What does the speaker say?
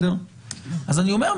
אני אומר,